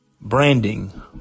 Branding